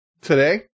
today